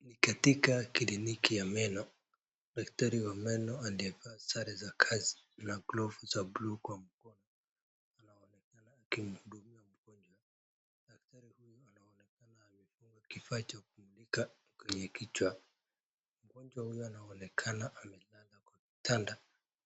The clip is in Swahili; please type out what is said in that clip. Ni katika kliniki ya meno, daktari wa meno aliyevaa sare za kazi na glavu za bluu kwa mkono, anaonekana akimdunga mgonjwa. Daktari huyo anaonekana amefunga kifaa cha kumulika kwenye kichwa. Mgonjwa huyo anaonekana amelala kwa kitanda